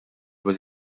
was